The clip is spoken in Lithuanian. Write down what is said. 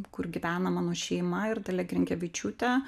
kur gyvena mano šeima ir dalia grinkevičiūtė